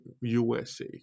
USA